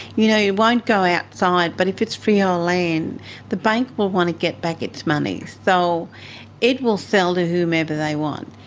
you know yeah go outside, but if it's freehold land the bank will want to get back its money, so it will sell to whomever they want.